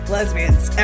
Lesbians